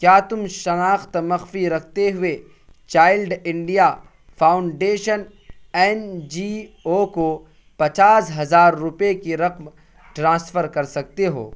کیا تم شناخت مخفی رکھتے ہوئے Child India Foundation N G O کو پچاس ہزار روپئے کی رقم ٹرانسفر کر سکتے ہو